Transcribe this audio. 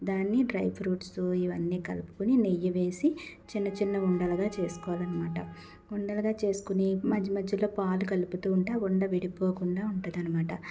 దాన్ని dry fruits ఇవన్నీ కలుపుకొని నెయ్యి వేసి చిన్న చిన్న ఉండలుగా చేసుకోవాలనమాట ఉండలుగా చేసుకుని మధ్య మధ్యలో పాలు కలుపుతూ ఉంటే ఆ ఉండ విడిపోకుండా ఉంటుదనమాట